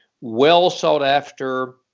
well-sought-after